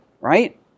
Right